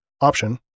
option